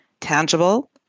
tangible